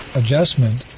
adjustment